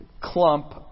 clump